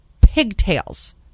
pigtails